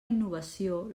innovació